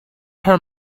her